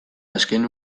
azken